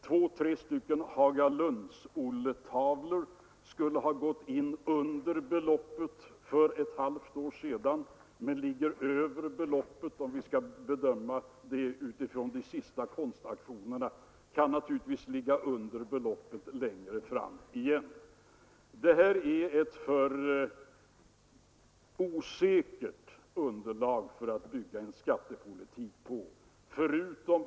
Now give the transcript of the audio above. Två tre Olle Olsson Hagalund-tavlor skulle ha gått in under beloppet för ett halvt år sedan men ligger över beloppet enligt de senaste konstauktionerna — de kan naturligtvis ligga under beloppet längre fram igen. Det här är ett för osäkert underlag för att bygga en skattepolitik på.